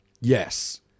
Yes